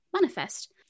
manifest